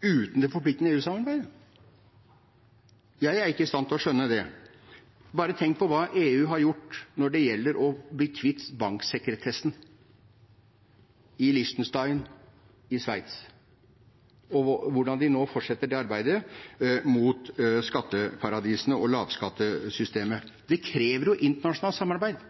uten det forpliktende EU-samarbeidet? Jeg er ikke i stand til å skjønne det. Bare tenk på hva EU har gjort når det gjelder å bli kvitt banksekretessen i Liechtenstein og i Sveits, og hvordan de nå fortsetter det arbeidet mot skatteparadisene og lavskattesystemet. Det krever internasjonalt samarbeid,